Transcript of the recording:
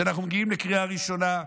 שאנחנו מגיעים לקריאה ראשונה.